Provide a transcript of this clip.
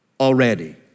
already